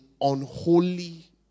unholy